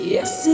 Yes